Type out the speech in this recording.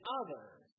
others